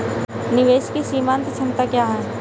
निवेश की सीमांत क्षमता क्या है?